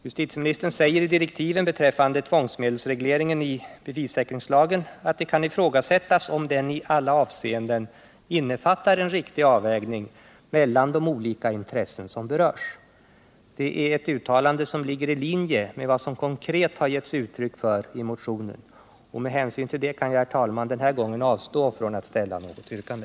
Justitieministern säger i direktiven beträffande tvångsmedelsregleringen i bevissäkringslagen att det kan ifrågasättas om den i alla avseenden innefattar en riktig avvägning mellan de olika intressen som berörs. Detta uttalande ligger i linje med vad som konkret har getts uttryck för i motionen. Med hänsyn härtill kan jag, herr talman, den här gången avstå från att ställa något yrkande.